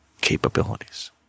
capabilities